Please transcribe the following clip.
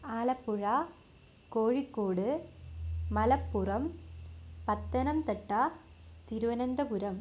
Alappuzha Kozhikode Malappuram Pathanamthitta Thiruvananthapuram